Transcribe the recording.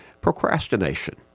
procrastination